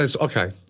okay